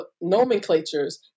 nomenclatures